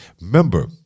Remember